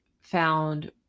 found